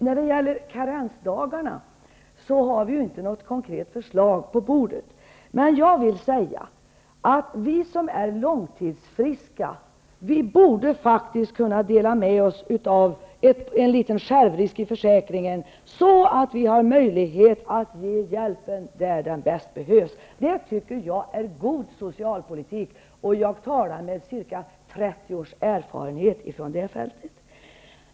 När det gäller karensdagarna har vi inte något konkret förslag på bordet. Men vi som är långtidsfriska borde faktiskt kunna dela med oss genom en liten självrisk i försäkringen så att vi har möjlighet att ge hjälpen där den bäst behövs. Det tycker jag är god socialpolitik, och jag talar med ca 30 års erfarenhet från det fältet.